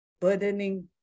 burdening